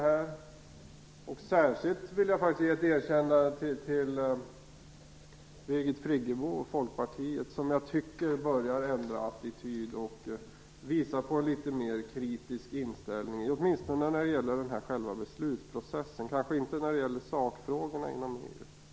Jag vill ge ett särskilt erkännande till Birgit Friggebo och Folkpartiet. Jag tycker att Folkpartiet börjar ändra attityd och visa på en litet mer kritisk inställning - åtminstone när det gäller själva beslutsprocessen men kanske inte när det gäller sakfrågorna inom EU.